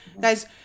guys